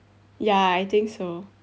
ya I think so